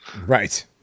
right